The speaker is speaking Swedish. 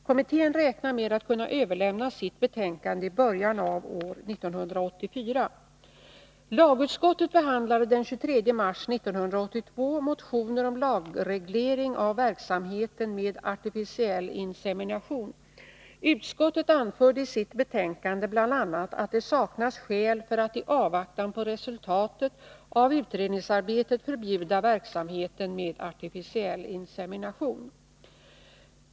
Kommittén räknar med att kunna överlämna sitt betänkande i början av år 1984. Lagutskottet behandlade den 23 mars 1982 motioner om lagreglering av verksamheten med artificiell insemination. Utskottet anförde i sitt betänkande bl.a. att det saknas skäl för att i avvaktan på resultatet av utredningsarbetet förbjuda verksamheten med artificiell insemination.